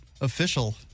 official